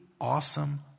awesome